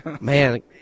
Man